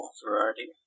variety